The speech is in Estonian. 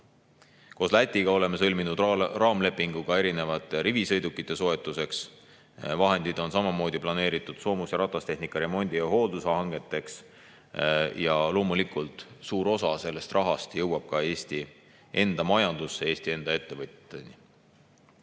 Koos Lätiga oleme sõlminud raamlepingu ka erinevate rivisõidukite soetuseks. Vahendid on samuti planeeritud soomus- ja ratastehnika remondi ja hoolduse hangeteks. Loomulikult jõuab suur osa sellest rahast ka Eesti enda majandusse, Eesti enda ettevõteteni.